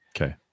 Okay